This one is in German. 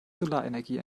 solarenergie